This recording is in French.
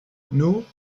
nous